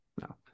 No